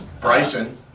Bryson